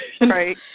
right